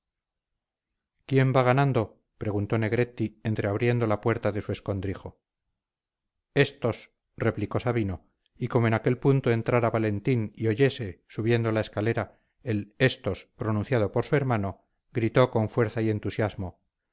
quién va ganando preguntó negretti entreabriendo la puerta de su escondrijo estos replicó sabino y como en aquel punto entrara valentín y oyese subiendo la escalera el estos pronunciado por su hermano gritó con fuerza y entusiasmo